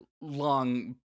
long